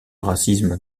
racisme